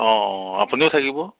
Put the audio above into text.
অঁ আপুনিও থাকিব